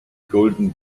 golden